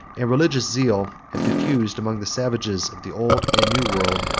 and religious zeal have diffused, among the savages of the old and new world,